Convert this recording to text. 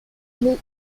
les